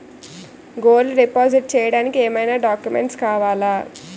Gold deposit చేయడానికి ఏమైనా documents కావాలా?